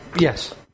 Yes